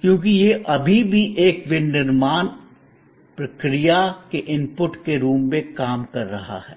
क्योंकि यह अभी भी एक विनिर्माण प्रक्रिया के इनपुट के रूप में काम कर रहा है